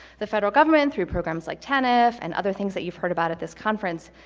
the federal government, through programs like tanf, and other things that you've heard about at this conference,